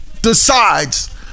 decides